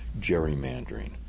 gerrymandering